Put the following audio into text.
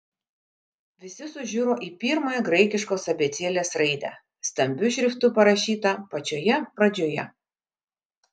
visi sužiuro į pirmąją graikiškos abėcėlės raidę stambiu šriftu parašytą pačioje pradžioje